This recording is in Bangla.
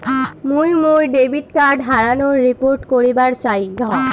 মুই মোর ডেবিট কার্ড হারানোর রিপোর্ট করিবার চাই